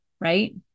right